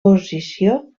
posició